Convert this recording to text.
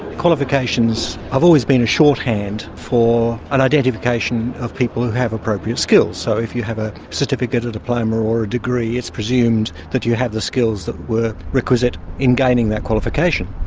qualifications have always been a shorthand for an identification of people who have appropriate skills. so if you have a certificate, a diploma or a degree it's presumed that you have the skills that were requisite in gaining that qualification.